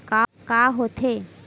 का होथे?